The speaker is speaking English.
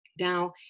Now